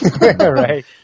right